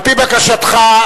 על-פי בקשתך,